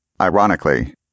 Ironically